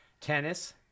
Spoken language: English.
tennis